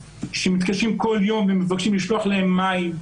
שמתקשרים כל יום ומבקשים לשלוח להם מים,